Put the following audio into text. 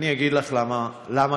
אני אגיד לך למה כספים.